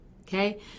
Okay